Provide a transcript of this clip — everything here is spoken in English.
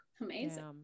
Amazing